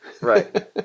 right